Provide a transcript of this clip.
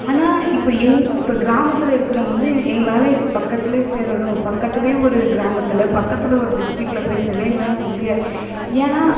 ஆனால் இப்போ எங் இப்போ கிராமத்தில் இருக்கிறவங்க வந்து எங்களால் இப்போ பக்கத்தில் சேரணும் பக்கத்தில் ஒரு கிராமத்தில் பக்கத்தில் ஒரு டிஸ்ட்ரிக்ல போய் சேரணும்னா எங்களால் முடியாது ஏன்னா